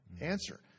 answer